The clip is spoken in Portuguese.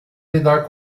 lidar